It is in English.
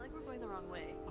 and we're going the wrong way.